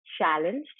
challenged